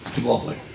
lovely